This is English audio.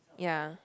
ya